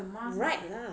right lah